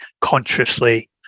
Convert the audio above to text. consciously